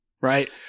right